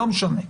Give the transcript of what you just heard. לא משנה.